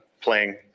playing